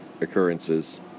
occurrences